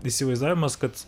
įsivaizdavimas kad